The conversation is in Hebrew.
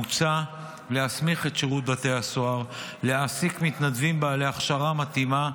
מוצע להסמיך את שירות בתי הסוהר להעסיק מתנדבים בעלי הכשרה מתאימה,